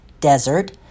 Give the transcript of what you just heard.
desert